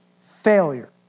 failure